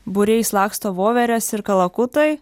būriais laksto voverės ir kalakutai